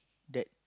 that